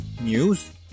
news